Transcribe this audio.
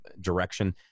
direction